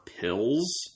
Pills